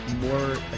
more